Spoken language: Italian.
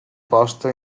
posto